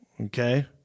okay